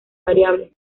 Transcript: variables